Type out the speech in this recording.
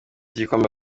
igikombe